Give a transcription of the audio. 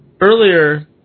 Earlier